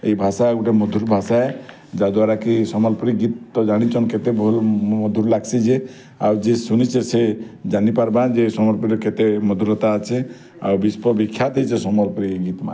ଏଇ ଭାଷା ଗୋଟେ ମଧୁର୍ ଭାଷା ହେ ଯାଦ୍ୱାରାକି ସମ୍ବଲପୁରୀ ଗୀତ ଜାଣିଛନ୍ କେତେ ମଧୁର୍ ଲାଗ ସି ଯେ ଆଉ ଯିଏ ଶୁନିଛେ ସେ ଜାନିପାରିବାଯେ ସମ୍ବଲପୁରୀରେ କେତେ ମଧୁରତା ଅଛେଁ ବିଶ୍ୱ ବିଖ୍ୟାତ ସମ୍ବଲପୁରୀ ଗୀତ ମାନେ